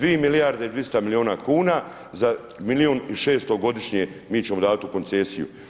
2 milijarde i 200 milijuna kuna za milijun i 600 godišnje, mi ćemo davati u koncesiju.